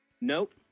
Nope